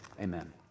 Amen